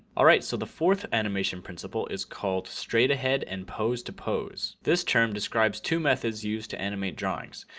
all right. so the fourth animation principle is called straight ahead and pose to pose. this term describes two methods used to animate drawings.